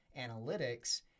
analytics